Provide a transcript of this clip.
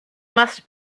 must